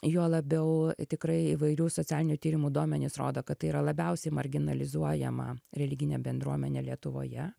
juo labiau tikrai įvairių socialinių tyrimų duomenys rodo kad tai yra labiausiai marginalizuojama religinė bendruomenė lietuvoje